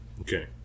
Okay